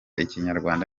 ikinyarwanda